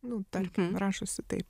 nu tarkim rašosi taip